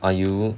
are you